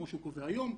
כמו שהוא קובע היום,